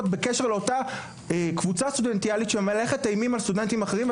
בקשר לאותה קבוצה סטודנטיאלית שמהלכת אימים על סטודנטים אחרים,